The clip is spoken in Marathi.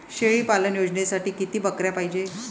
शेळी पालन योजनेसाठी किती बकऱ्या पायजे?